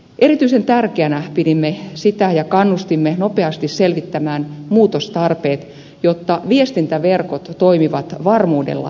erityisen tärkeänä pidimme nopeaa muutostarpeiden selvittämistä ja kannustimme siihen että viestintäverkot toimivat varmuudella häiriötilanteissa